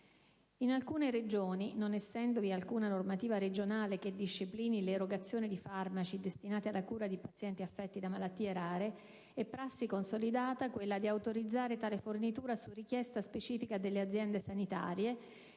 In alcune Regioni, pur non essendovi alcuna normativa regionale che disciplini l'erogazione di farmaci destinati alla cura di pazienti affetti da malattie rare, è prassi consolidata autorizzare tale fornitura, su richiesta specifica delle aziende sanitarie